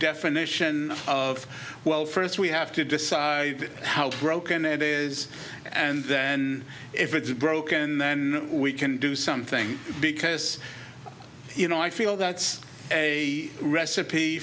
definition of well first we have to decide how broken it is and then if it is broken then we can do something because you know i feel that's a recipe